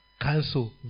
cancel